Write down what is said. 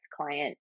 client